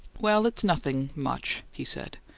well, it's nothing much, he said,